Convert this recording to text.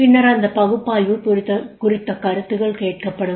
பின்னர் அந்தப் பகுப்பாய்வு குறித்த கருத்துகள் கேட்கப்படும்